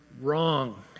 wrong